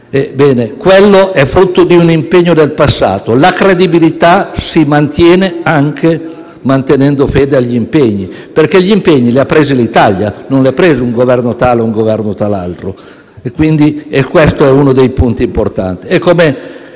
Bene, questo è frutto di un impegno del passato; la credibilità si mantiene anche mantenendo fede agli impegni, perché gli impegni li ha presi l'Italia, non li ha presi questo o quel Governo. Si tratta di uno dei punti importanti.